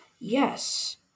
Yes